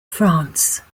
france